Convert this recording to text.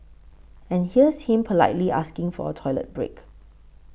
and here's him politely asking for a toilet break